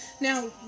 Now